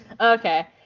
Okay